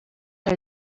are